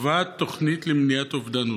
לטובת תוכנית למניעת אובדנות.